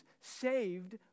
saved